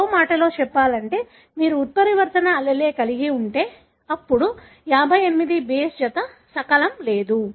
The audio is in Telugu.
మరో మాటలో చెప్పాలంటే మీరు ఉత్పరివర్తన allele కలిగి ఉంటే అప్పుడు 58 బేస్ జత శకలం లేదు